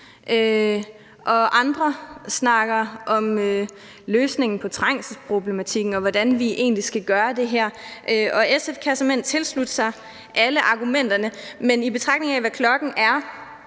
andre snakker om løsningen på trængselsproblematikken og om, hvordan vi egentlig skal gøre det her. SF kan såmænd tilslutte sig alle argumenterne, men i betragtning af hvad klokken er